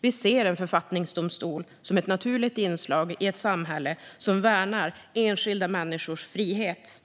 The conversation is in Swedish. Vi ser en författningsdomstol som ett naturligt inslag i ett samhälle som värnar enskilda människors frihet.